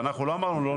ואנחנו לא אמרנו לא,